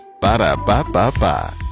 Ba-da-ba-ba-ba